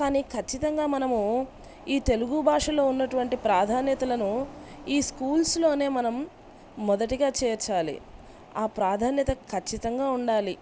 కానీ ఖచ్చితంగా మనము ఈ తెలుగు భాషలో ఉన్నటువంటి ప్రాధాన్యతలను ఈ స్కూల్స్లోనే మనం మొదటిగా చేర్చాలి ఆ ప్రాధాన్యత ఖచ్చితంగా ఉండాలి